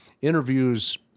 interviews